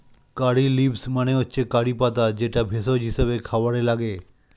কারী leaves মানে হচ্ছে curry পাতা যেটা ভেষজ হিসেবে খাবারে লাগে